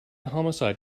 homicide